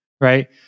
right